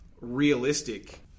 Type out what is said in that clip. realistic